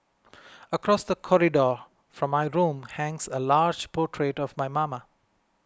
across the corridor from my room hangs a large portrait of my mama